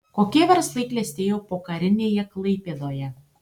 kokie verslai klestėjo pokarinėje klaipėdoje